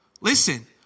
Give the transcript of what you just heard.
Listen